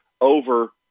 over